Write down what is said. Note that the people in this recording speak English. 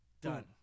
Done